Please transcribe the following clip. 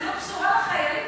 זה לא בשורה לחיילים?